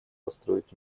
построить